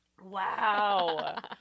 Wow